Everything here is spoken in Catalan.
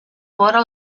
vora